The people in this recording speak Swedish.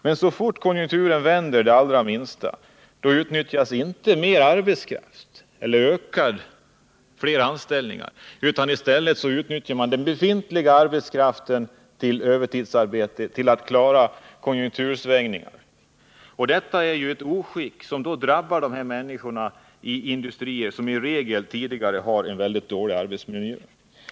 Men så snart konjunkturen vänder det allra minsta, då medför inte detta fler anställningar, utan i stället utnyttjar man den befintliga arbetskraften till övertidsarbete för att man skall klara konjunktursvängningarna. Detta är ett oskick som drabbar människorna i industrier som i regel tidigare har en mycket dålig arbetsmiljö.